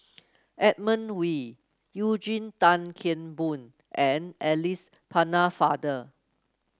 Edmund Wee Eugene Tan Kheng Boon and Alice Pennefather